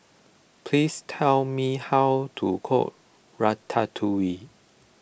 please tell me how to cook Ratatouille